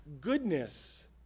goodness